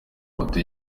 mafoto